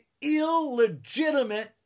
illegitimate